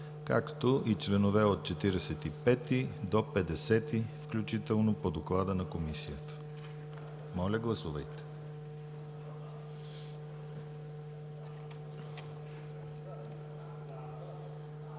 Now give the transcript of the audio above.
както и членове от 45 до 50 включително по доклада на Комисията. Моля, гласувайте.